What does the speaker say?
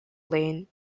lane